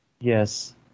Yes